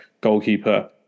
goalkeeper